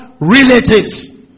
Relatives